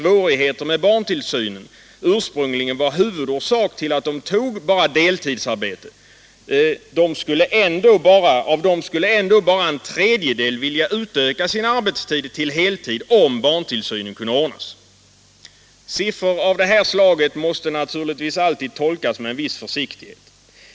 var huvudorsak till att de tog deltidsarbete skulle ändå bara en tredjedel vilja utöka sin arbetstid till heltid om barntillsynen kunde ordnas. Siffror av det här slaget måste naturligtvis alltid tolkas med viss försiktighet.